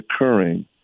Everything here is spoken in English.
occurring